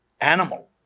animal